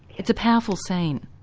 it's a powerful scene.